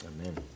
Amen